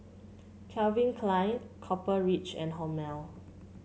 Calvin Klein Copper Ridge and Hormel